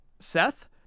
Seth